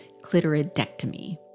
clitoridectomy